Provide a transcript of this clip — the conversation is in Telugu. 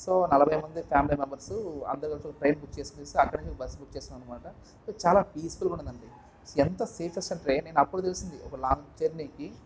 సో నలభైమంది ఫ్యామిలీ మెంబర్సు అందరం కలిసి ఒక ట్రైన్ బుక్ చేసుకుని అక్కడికి బస్ బుక్ చేసుకున్నాం అనమాట చాలా పీస్ఫుల్గా ఉంటదండి ఎంత సేఫెస్ట్ అంటే నేను అప్పుడు తెలిసింది ఒక లాంగ్ జర్నీకి